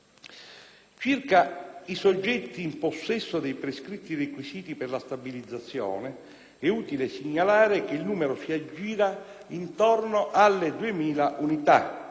Circa i soggetti in possesso dei prescritti requisiti per la stabilizzazione, è utile segnalare che il numero si aggira intorno alle 2.000 unità,